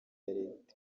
leta